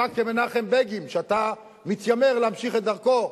אתה, כמנחם בגין, שאתה מתיימר להמשיך את דרכו,